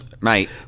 Mate